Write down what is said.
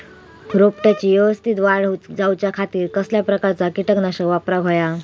रोपट्याची यवस्तित वाढ जाऊच्या खातीर कसल्या प्रकारचा किटकनाशक वापराक होया?